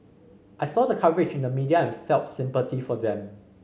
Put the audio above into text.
I saw the coverage in the media and I felt sympathy for them